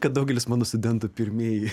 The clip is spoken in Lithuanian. kad daugelis mano studentų pirmieji